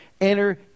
enter